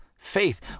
faith